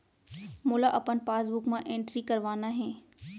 मोला अपन पासबुक म एंट्री करवाना हे?